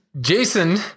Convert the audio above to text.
jason